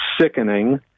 sickening